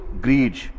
greed